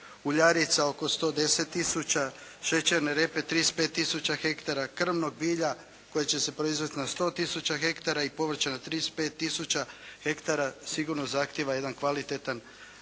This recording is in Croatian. uljarica oko 110 tisuća, šećerne repe 35 tisuća hektara, krmnog bilja koje će se proizvesti na 100 tisuća hektara i povrća na 35 tisuća hektara sigurno zahtjeva jedan kvalitetan